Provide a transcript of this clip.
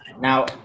Now